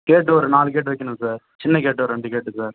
கேட்டு ஒரு நாலு கேட்டு வைக்கிணும் சார் சின்ன கேட்டு ஒரு ரெண்டு கேட்டு சார்